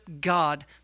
God